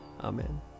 Amen